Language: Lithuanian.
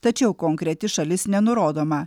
tačiau konkreti šalis nenurodoma